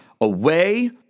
away